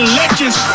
legends